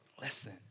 listen